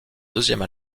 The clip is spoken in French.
deuxième